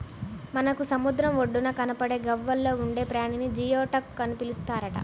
మనకు సముద్రం ఒడ్డున కనబడే గవ్వల్లో ఉండే ప్రాణిని జియోడక్ అని పిలుస్తారట